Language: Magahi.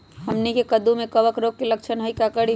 हमनी के कददु में कवक रोग के लक्षण हई का करी?